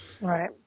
Right